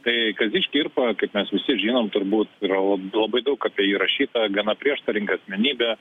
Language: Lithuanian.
tai kazys škirpa kaip mes visi žinom turbūt yra labai daug apie jį rašyta gana prieštaringa asmenybė